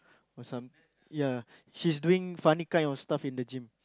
or some ya she's doing funny kind of stuff in the gym